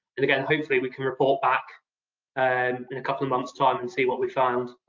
and again, hopefully we can report back and in a couple of months time and see what we found.